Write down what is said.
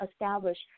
establish